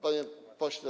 Panie Pośle!